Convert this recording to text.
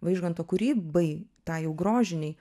vaižganto kūrybai tai jau grožinei